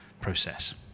process